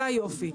זה היופי,